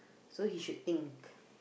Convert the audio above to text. so he should think